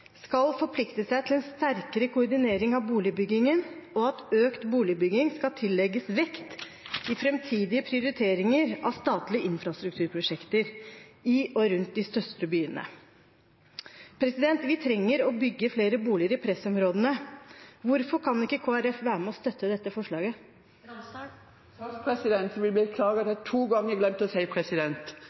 skal forplikte seg til en sterkere koordinering av boligbyggingen, og at økt boligbygging skal tillegges vekt i framtidige prioriteringer av statlige infrastrukturprosjekter i og rundt de største byene. Vi trenger å bygge flere boliger i pressområdene. Hvorfor kan ikke Kristelig Folkeparti støtte dette forslaget? Først, president, vil jeg beklage at jeg to ganger glemte å si